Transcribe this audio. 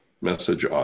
message